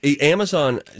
Amazon